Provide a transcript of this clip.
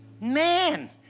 man